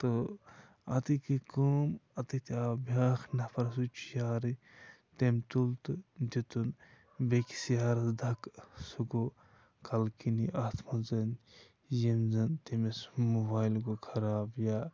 تہٕ اَتی گٔے کٲم اَتِتھ آو بیٚاکھ نَفر سُہ تہِ چھِ یارٕے تٔمۍ تُل تہٕ دِتُن بیٚیہِ کِس یارس دَکہٕ سُہ گوٚو کَلہٕ کِنی اَتھ منٛز یِم زَن تٔمِس مُبایل گوٚو خراب یا